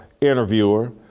interviewer